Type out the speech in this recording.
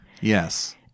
Yes